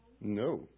No